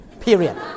Period